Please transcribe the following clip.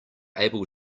able